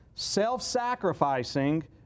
self-sacrificing